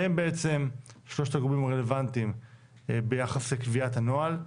שהם בעצם שלושת הגורמים הרלוונטיים ביחס לקביעת הנוהל.